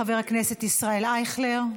חבר הכנסת ישראל אייכלר.